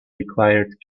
required